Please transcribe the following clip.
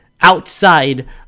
outside